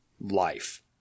life